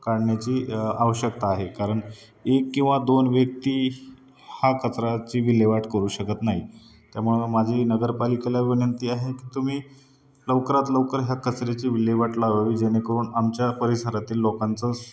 काढण्याची आवश्यकता आहे कारण एक किंवा दोन व्यक्ती हा कचराची विल्हेवाट करू शकत नाही त्यामुळं माझी नगरपालिकेला विनंती आहे की तुम्ही लवकरात लवकर ह्या कचऱ्याची विल्हेवाट लावावी जेणेकरून आमच्या परिसरातील लोकांचं